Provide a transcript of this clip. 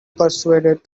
persuaded